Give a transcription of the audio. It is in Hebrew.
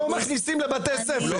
אותו מכניסים לבתי ספר.